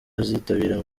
azitabira